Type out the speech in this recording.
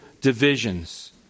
divisions